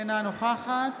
אינה נוכחת